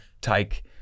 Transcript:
take